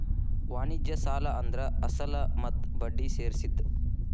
ವಾಣಿಜ್ಯ ಸಾಲ ಅಂದ್ರ ಅಸಲ ಮತ್ತ ಬಡ್ಡಿ ಸೇರ್ಸಿದ್